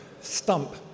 stump